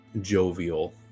jovial